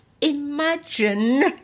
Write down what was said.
imagine